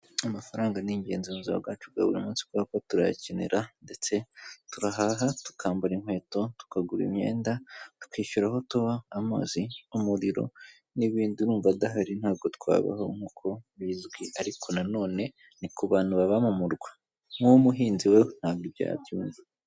Amafaranga ni ingenzi mu buzima bwacu bwa buri munsi kubera ko turayakenera ndetse turahaha, tukambara inkweto, tukagura imyenda, tutwishyura aho tuba, amazi, umuriro, n'ibindi urumva adahari ntabwo twabaho nk'uko bizwi ariko nanone ni ku bantu baba mu murwa nk'umuhinzi we ntabwo ibyo yabyumva.